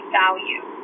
value